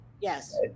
Yes